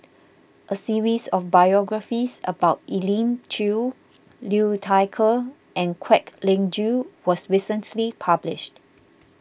a series of biographies about Elim Chew Liu Thai Ker and Kwek Leng Joo was recently published